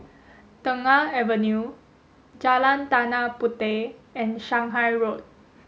Tengah Avenue Jalan Tanah Puteh and Shanghai Road